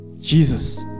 Jesus